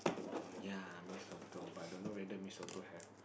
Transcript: oh ya Mee-Soto but don't know whether Mee-Soto have